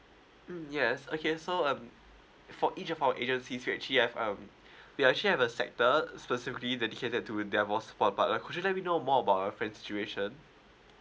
mm yes okay so uh for each of our agency to actually have um we actually have a sector specifically dedicated to that was for about uh could you let me know more about a friend situation